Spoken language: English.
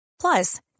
Plus